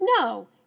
no